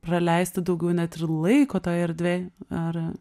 praleisti daugiau net ir laiko toj erdvėj ar